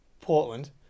Portland